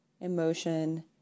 emotion